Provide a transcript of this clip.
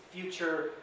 future